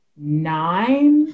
nine